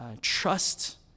trust